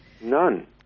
None